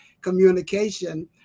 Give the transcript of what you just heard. communication